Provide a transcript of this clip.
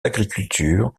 l’agriculture